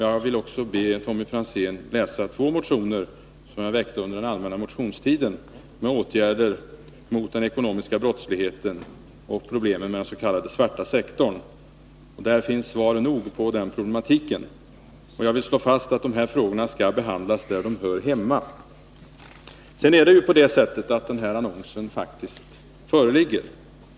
Jag vill be Tommy Franzén att läsa två motioner som är väckta under den allmänna motionstiden om åtgärder mot den ekonomiska brottsligheten och om problemen med dens.k. svarta sektorn. Där finns svar nog på den problematiken. Jag vill slå fast att dessa frågor skall behandlas där de hör hemma. Sedan är det på det sättet att den nämnda annonsen faktiskt föreligger.